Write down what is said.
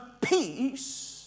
peace